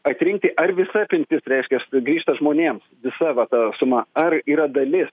atrinkti ar visa apimtis reiškias grįžta žmonėms visa va ta suma ar yra dalis